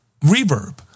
reverb